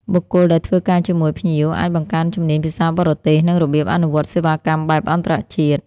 បុគ្គលដែលធ្វើការជាមួយភ្ញៀវអាចបង្កើនជំនាញភាសាបរទេស និងរបៀបអនុវត្តសេវាកម្មបែបអន្តរជាតិ។